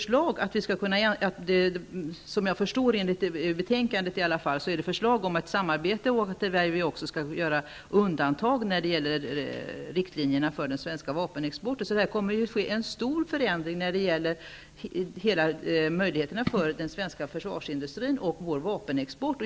Såvitt jag förstår av betänkandet kommer förslag att framläggas om ett samarbete, där vi skall göra undantag när det gäller riktlinjerna för den svenska vapenexporten. Det kommer alltså att ske en stor förändring i fråga om möjligheterna för den svenska försvarsindustrin och vår vapenexport.